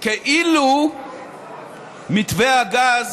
כאילו מתווה הגז